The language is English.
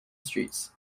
streets